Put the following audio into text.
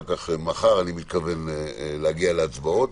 מחר אני מתכוון להגיע להצבעות.